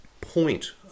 point